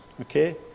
okay